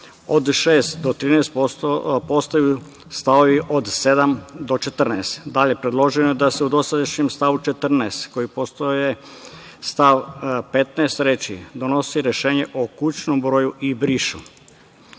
od 6. do 13. postaju st. od 7. do 14. Dalje, predloženo je da se u dosadašnjem stavu 14, koji postaje stav 15. reči: „donosi rešenje o kućnom broju i“ brišu